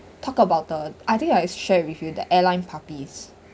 talk about the I think I share with you the airline puppies